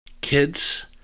Kids